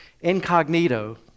incognito